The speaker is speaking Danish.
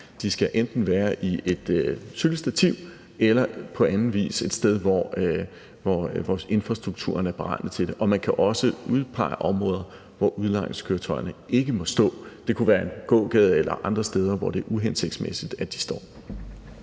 De skal enten være i et cykelstativ eller på anden vis et sted, hvor infrastrukturen er beregnet til det. Og man kan også udpege områder, hvor udlejningskøretøjerne ikke må stå – det kunne være i en gågade eller et andet sted, hvor det er uhensigtsmæssigt, at de står.